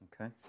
Okay